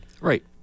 right